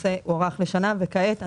כעת,